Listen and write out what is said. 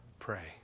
pray